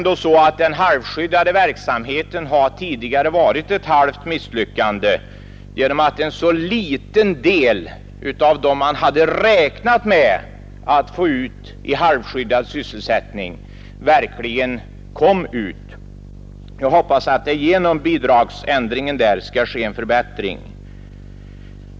Denna verksamhet har tidigare varit ett halvt misslyckande genom att en så liten del av det antal man hade räknat med att få ut i halvskyddad sysselsättning verkligen kom ut. Jag hoppas att bidragsändringen skall leda till en förbättring.